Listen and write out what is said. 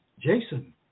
Jason